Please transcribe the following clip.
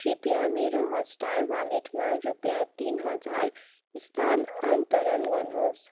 कृपया मेरो हटस्टार वालेटमा रुपियाँ तिन हजार स्थानान्तरण गर्नुहोस्